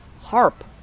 harp